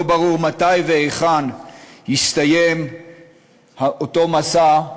לא ברור מתי והיכן יסתיים אותו מסע,